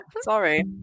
sorry